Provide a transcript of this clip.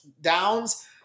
downs